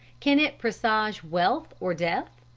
can it presage wealth or death?